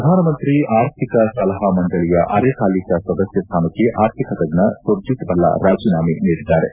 ಪ್ರಧಾನಮಂತ್ರಿ ಆರ್ಥಿಕ ಸಲಹಾ ಮಂಡಳಿಯ ಅರೆಕಾಲಿಕ ಸದಸ್ಕ ಸ್ಥಾನಕ್ಕೆ ಅರ್ಥಿಕ ತಜ್ಞ ಸುರ್ಜಿತ್ ಬಲ್ಲಾ ರಾಜೇನಾಮೆ ನೀಡಿದ್ದಾರೆ